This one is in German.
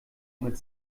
mit